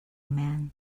man